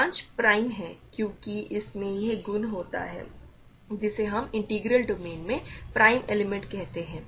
5 prime है क्योंकि इसमें यह गुण होता है जिसे हम इंटीग्रल डोमेन में प्राइम एलिमेंट कहते हैं